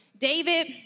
David